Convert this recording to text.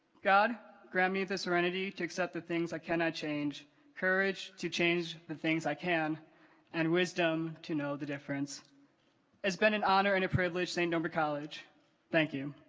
god grant me the serenity to accept the things i cannot change courage to change the things i can and wisdom to know the difference it's been an honor and a privilege saint-omer college thank you